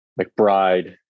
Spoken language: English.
McBride